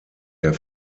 der